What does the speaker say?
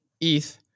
ETH